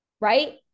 right